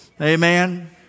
Amen